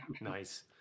Nice